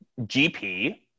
GP